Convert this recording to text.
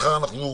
מחר ניפגש